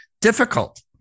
Difficult